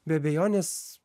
be abejonės